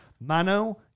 mano